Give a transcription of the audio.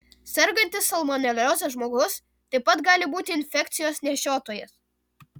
sergantis salmonelioze žmogus taip pat gali būti infekcijos nešiotojas